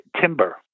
timber